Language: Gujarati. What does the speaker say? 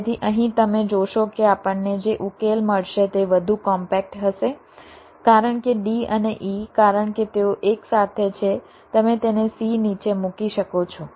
તેથી અહીં તમે જોશો કે આપણને જે ઉકેલ મળશે તે વધુ કોમ્પેક્ટ હશે કારણ કે d અને e કારણ કે તેઓ એકસાથે છે તમે તેને c નીચે મૂકી શકો છો